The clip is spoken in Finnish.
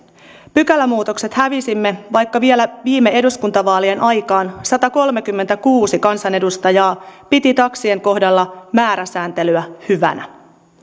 pykälämuutokset hävisimme vaikka vielä viime eduskuntavaalien aikaan satakolmekymmentäkuusi kansanedustajaa piti taksien kohdalla määräsääntelyä hyvänä